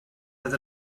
oedd